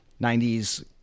90s